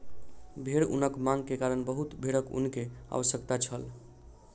भेड़ ऊनक मांग के कारण बहुत भेड़क ऊन के आवश्यकता छल